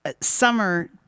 Summer